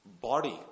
body